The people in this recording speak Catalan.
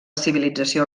civilització